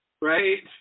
right